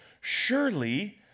surely